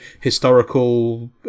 historical